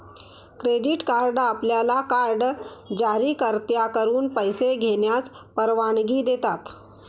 credit card आपल्याला card जारीकर्त्याकडून पैसे घेण्यास परवानगी देतात